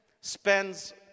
spends